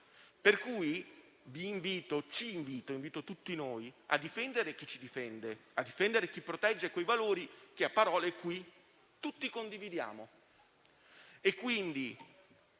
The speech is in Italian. e gli stanziamenti. Invito dunque tutti noi a difendere chi ci difende, a difendere chi protegge quei valori che a parole qui tutti condividiamo. Voglio quindi